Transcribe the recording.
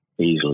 easily